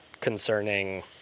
concerning